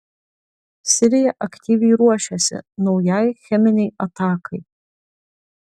sirija aktyviai ruošėsi naujai cheminei atakai